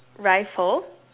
rifle